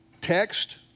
Text